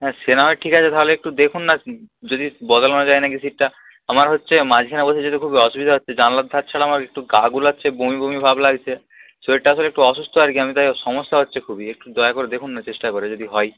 হ্যাঁ সে না হয় ঠিক আছে তাহলে একটু দেখুন না যদি বদলানো যায় না কি সিটটা আমার হচ্ছে মাঝখানে বসে যেতে খুবই অসুবিধা হচ্ছে জানালার ধার ছাড়া আমার একটু গা গোলাচ্ছে বমিবমি ভাব লাগছে শরীরটা আসলে একটু অসুস্থ আর কি আমি তাই সমস্যা হচ্ছে খুবই একটু দয়া করে দেখুন না চেষ্টা করে যদি হয়